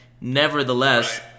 nevertheless